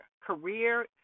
career